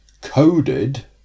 coded